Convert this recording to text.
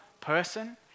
person